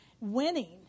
winning